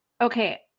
okay